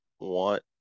want